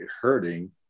hurting